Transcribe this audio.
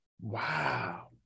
Wow